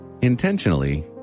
intentionally